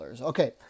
Okay